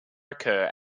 occur